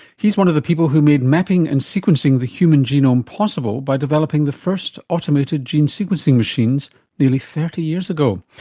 he's one of the people who made mapping and sequencing the human genome possible by developing the first automated gene sequencing machines nearly thirty years ago.